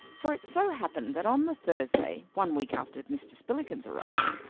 for it so happened that on the thursday, one week after mr. spillikins's arrival,